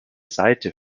seite